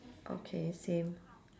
okay same